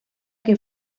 que